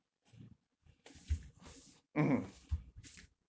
mmhmm